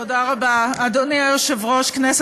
להצעת חוק לקביעת יום ראשון כיום מנוחה במקום יום שישי,